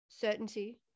certainty